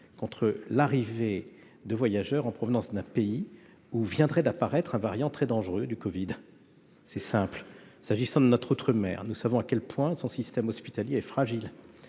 contre l'arrivée de voyageurs en provenance d'un pays où viendrait d'apparaître un variant très dangereux du covid. Pour ce qui est de notre outre-mer, nous savons à quel point son système hospitalier est fragile.